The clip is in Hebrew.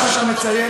תודה לך שאתה מציין,